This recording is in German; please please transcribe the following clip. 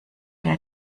der